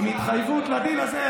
עם התחייבות לדיל הזה,